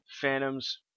Phantom's